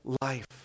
life